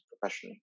professionally